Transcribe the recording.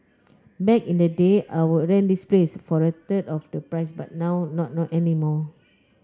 back in the day I would rent this place for a third of the price but now not anymore